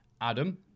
Adam